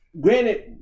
Granted